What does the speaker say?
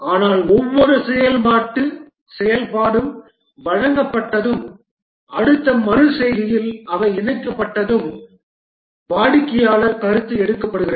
ஆனால் ஒவ்வொரு செயல்பாட்டு செயல்பாடும் வழங்கப்பட்டதும் அடுத்த மறு செய்கையில் அவை இணைக்கப்பட்டதும் வாடிக்கையாளர் கருத்து எடுக்கப்படுகிறது